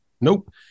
Nope